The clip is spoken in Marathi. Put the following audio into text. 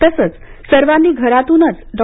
तसंच सर्वांनी घरातूनच डॉ